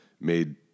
made